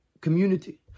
community